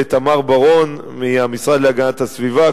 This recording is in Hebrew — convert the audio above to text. לתמר בר-און מהמשרד להגנת הסביבה,